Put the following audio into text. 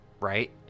Right